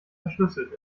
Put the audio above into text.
verschlüsselt